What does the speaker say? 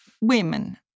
women